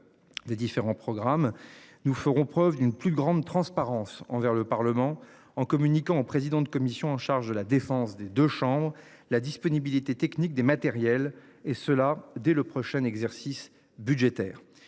des différents programmes nous ferons preuve d'une plus grande transparence envers le parlement en communiquant aux présidents de commission en charge de la défense des deux chambres la disponibilité technique des matériels et cela dès le prochain exercice budgétaire.